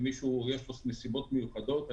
בנסיבות מיוחדות.